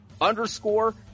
underscore